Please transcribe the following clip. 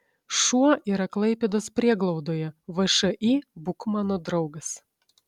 šuo yra klaipėdos prieglaudoje všį būk mano draugas